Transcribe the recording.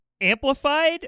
amplified